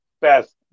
best